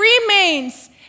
remains